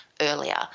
earlier